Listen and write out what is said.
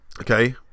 Okay